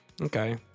Okay